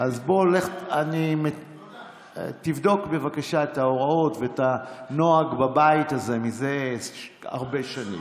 תבדוק בבקשה את ההוראות ואת הנוהג בבית הזה זה הרבה שנים.